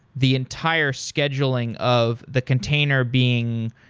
the entire scheduling of the container being